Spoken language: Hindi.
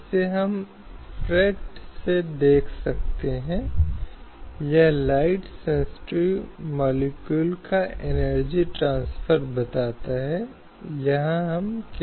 यहां तक कि आपराधिक कानून के मामलों में भी एक प्रकार का अपराध है भारतीय दंड संहिता के संदर्भ में एकरूपता है आपराधिक प्रक्रिया आदि का कोड सभी व्यक्तियों के लिए समान रूप से लागू है